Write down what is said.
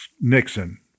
Nixon